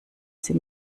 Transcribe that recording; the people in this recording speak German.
sie